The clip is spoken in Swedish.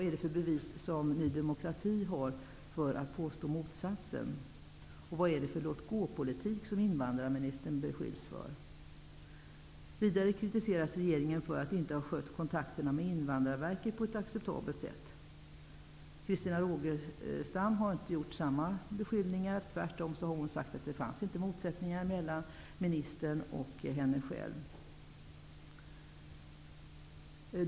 Vilket bevis har Ny demokrati för motsatsen? Vad är det för låtgåpolitik som invandrarministern beskylls för? Vidare kritiseras regeringen för att inte ha skött kontakterna med Invandrarverket på ett acceptabelt sätt. Christina Rogestam har inte riktat samma beskyllningar. Tvärtom har hon sagt att det inte fanns motsättningar mellan ministern och henne själv.